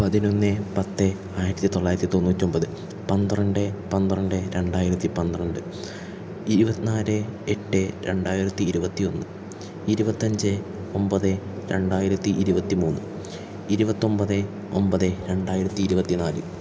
പതിനൊന്ന് പത്ത് ആയിരത്തി തൊള്ളായിരത്തി തൊണ്ണൂറ്റൊമ്പത് പന്ത്രണ്ട് പന്ത്രണ്ട് രണ്ടായിരത്തിപ്പന്ത്രണ്ട് ഇരുപത്തിനാല് എട്ട് രണ്ടായിരത്തി ഇരുപത്തി ഒന്ന് ഇരുപത്തഞ്ച് ഒമ്പത് രണ്ടായിരത്തി ഇരുപത്തി മൂന്ന് ഇരുപത്തൊമ്പത് ഒമ്പത് രണ്ടായിരത്തി ഇരുപത്തി നാല്